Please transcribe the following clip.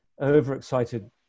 overexcited